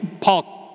Paul